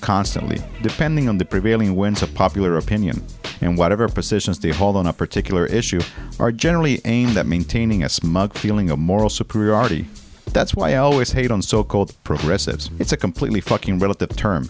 constantly depending on the prevailing winds of popular opinion and whatever positions they hold on a particular issue are generally aimed at maintaining a smug feeling of moral superiority that's why i always hate on so called progressives it's a completely fucking relative term